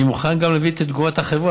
אני מוכן גם להביא את תגובת החברה,